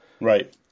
right